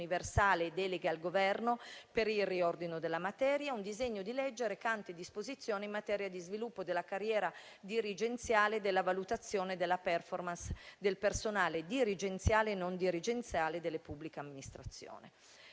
universale (delega al Governo per il riordino della materia) e di un disegno di legge recante disposizioni in materia di sviluppo della carriera dirigenziale e della valutazione della *performance* del personale dirigenziale e non dirigenziale delle pubbliche amministrazioni.